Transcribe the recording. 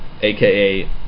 aka